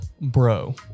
bro